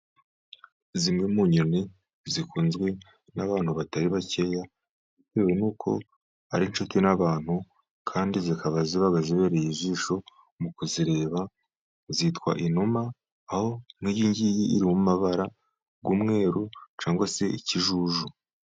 Zimwe mu nyoni zikunzwe n'abantu batari bakeya bitewe nuko ari inshuti n'abantu, kandi zikaba zibereye ijisho mu kuzireba, zitwa inuma aho nkiyingiyi iri mu mabara y'umweru cyangwa se ikijuju.